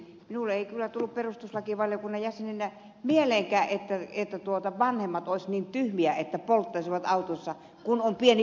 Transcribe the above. minulle ei kyllä tullut perustuslakivaliokunnan jäsenenä mieleenkään että vanhemmat olisivat niin tyhmiä että polttaisivat autossa kun on pieni vauva